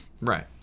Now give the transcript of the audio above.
Right